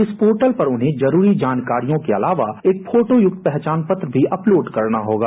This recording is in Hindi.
इस पोर्टल पर उन्हें जरूरी जानकारियों के अलावा एक फोटो युक्त पहचान पत्र अपलोड करना होगा